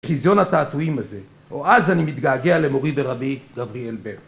חיזיון התעתועים הזה, או אז אני מתגעגע למורי ורבי גבריאל בן.